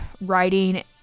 writing